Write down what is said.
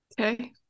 Okay